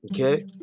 okay